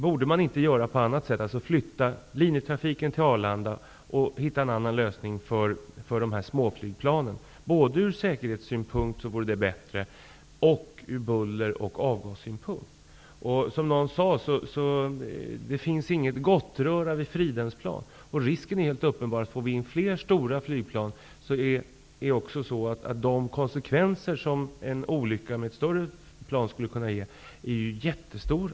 Borde man inte göra på ett annat sätt, dvs. flytta linjetrafiken till Arlanda och komma fram till en annan lösning för småflygplanen? Det vore bättre både ur säkerhetssynpunkt och ur buller och avgassynpunkt. Som någon sade finns det inget Gottröra vid Fridhemsplan. Risken är helt uppenbar, om vi får in fler stora flygplan, för att konsekvenserna av en olycka skulle bli jättestora.